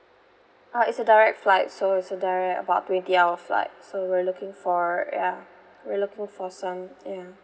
uh it's a direct flight so it's a direct about twenty hour flight so we're looking for ya we're looking for some ya